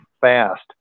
fast